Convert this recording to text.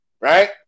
Right